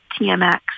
TMX